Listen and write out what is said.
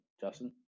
Justin